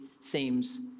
seems